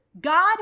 God